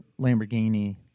Lamborghini